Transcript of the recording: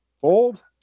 Fold